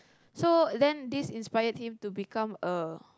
so then this inspired him to become a